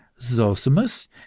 Zosimus